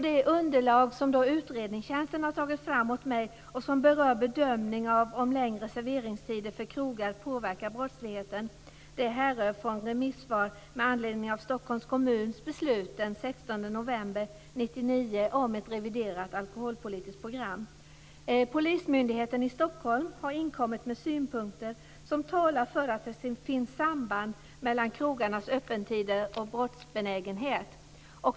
Det underlag som utredningstjänsten har tagit fram åt mig, och som berör bedömning av om längre serveringstider för krogar påverkar brottsligheten, härrör från remissvar med anledning av Stockholms kommuns beslut den 16 november 1999 om ett reviderat alkoholpolitiskt program. Polismyndigheten i Stockholm har inkommit med synpunkter som talar för att det finns ett samband mellan krogarnas öppettider och brottsbenägenheten.